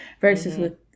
versus